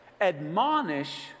Admonish